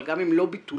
אבל גם אם לא ביטולו,